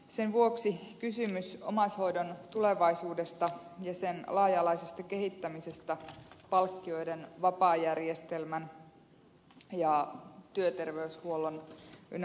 sen vuoksi kysymys omaishoidon tulevaisuudesta ja sen laaja alaisesta kehittämisestä palkkioiden vapaajärjestelmän ja työterveyshuollon ynnä muuta